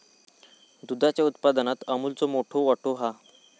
दुधाच्या उत्पादनात अमूलचो मोठो वाटो हा